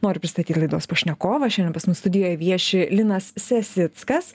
noriu pristatyt laidos pašnekovą šiandien pas mus studijoj vieši linas sesickas